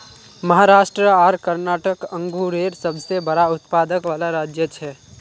महाराष्ट्र आर कर्नाटक अन्गुरेर सबसे बड़ा उत्पादक वाला राज्य छे